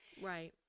right